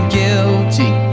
guilty